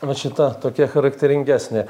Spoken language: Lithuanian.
nu šita tokia charakteringesnė